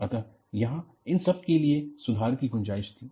अतः यहां इन सब के लिए सुधार की गुंजाइश थी